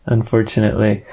Unfortunately